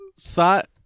thought